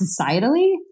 societally